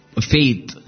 faith